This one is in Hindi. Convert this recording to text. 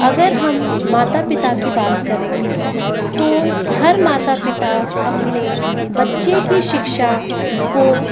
अगर हम माता पिता की बात करें तो हर माता पिता अपने बच्चे की शिक्षा को